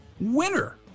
Winner